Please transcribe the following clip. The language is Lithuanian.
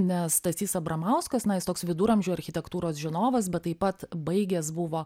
nes stasys abramauskas na jis toks viduramžių architektūros žinovas bet taip pat baigęs buvo